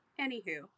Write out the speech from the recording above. anywho